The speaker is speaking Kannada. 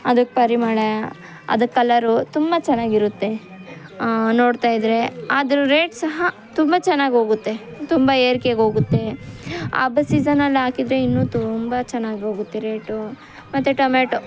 ಅದಕ್ಕೆ ಪರಿಮಳ ಅದು ಕಲರು ತುಂಬ ಚೆನ್ನಾಗಿರುತ್ತೆ ನೋಡ್ತಾ ಇದ್ರೆ ಅದ್ರ ರೇಟ್ ಸಹ ತುಂಬ ಚೆನ್ನಾಗಿ ಹೋಗುತ್ತೆ ತುಂಬ ಏರಿಕೆಗೆ ಹೋಗುತ್ತೆ ಹಬ್ಬದ ಸೀಸನ್ ಅಲ್ಲಿ ಹಾಕಿದ್ರೆ ಇನ್ನು ತುಂಬ ಚೆನ್ನಾಗಿ ಹೋಗುತ್ತೆ ರೇಟು ಮತ್ತೆ ಟೊಮೇಟೊ